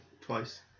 Twice